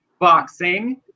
boxing